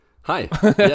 Hi